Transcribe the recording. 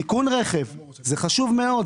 תיקון רכב, זה חשוב מאוד.